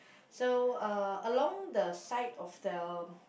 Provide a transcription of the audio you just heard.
so uh along the side of the